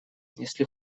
если